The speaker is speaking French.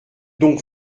donc